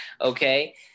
Okay